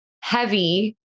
heavy